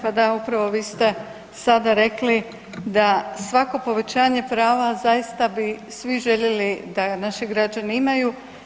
Pa da, upravo vi ste sada rekli da svako povećanje prava zaista bi svi željeli da naši građani imaju.